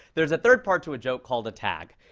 there's a third part to a joke called a tag.